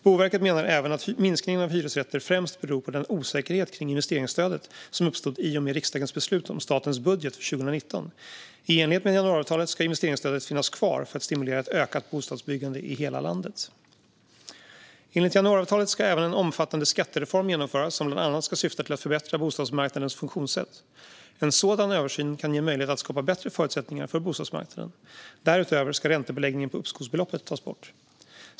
Boverket menar även att minskningen av hyresrätter främst beror på den osäkerhet kring investeringsstödet som uppstod i och med riksdagens beslut om statens budget för 2019. I enlighet med januariavtalet ska investeringsstödet finnas kvar för att stimulera ett ökat bostadsbyggande i hela landet. Enligt januariavtalet ska även en omfattande skattereform genomföras som bland annat ska syfta till att förbättra bostadsmarknadens funktionssätt. En sådan översyn kan ge möjlighet att skapa bättre förutsättningar för bostadsmarknaden. Därutöver ska räntebeläggningen på uppskovsbeloppet tas bort.